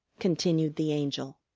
continued the angel.